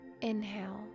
Inhale